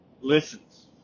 listens